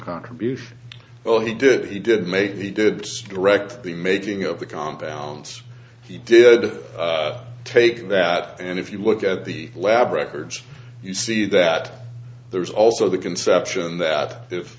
contribution oh he did he did make he did direct the making of the compounds he did take that and if you look at the lab records you see that there's also the conception that if